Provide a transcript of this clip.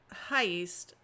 heist